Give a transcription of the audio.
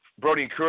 Brody